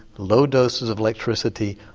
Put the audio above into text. low doses of electricity,